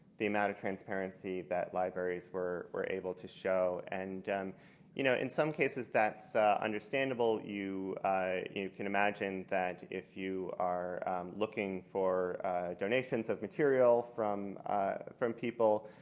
the amount of transparency that libraries were were able to show. and you know in some cases that's understandable. you you can imagine that if you are looking for donations of materials from from people,